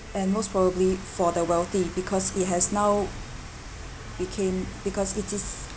and most probably for the wealthy because it has now became because it is